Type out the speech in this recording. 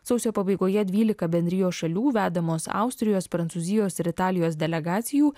sausio pabaigoje dvylika bendrijos šalių vedamos austrijos prancūzijos ir italijos delegacijų